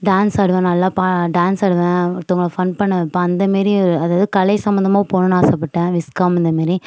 dance ஆடுவேன் நல்லா பா டான்ஸ் ஆடுவேன் ஒருத்தவங்களை ஃபன் பண்ண வைப்பேன் அந்த மாதிரி அதாவது கலை சம்பந்தமாக போகணுனுன்னு ஆசைப்பட்டேன் விஸ்காம் இந்த மாதிரி